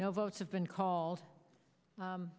no votes have been called